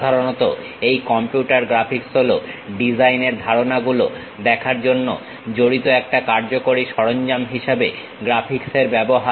সাধারণত এই computer graphics হলো ডিজাইন এর ধারণা গুলো দেখার জন্য জড়িত একটা কার্যকরী সরঞ্জাম হিসেবে গ্রাফিক্সের ব্যবহার